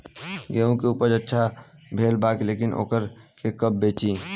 गेहूं के उपज अच्छा भेल बा लेकिन वोकरा के कब बेची?